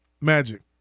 Magic